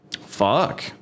Fuck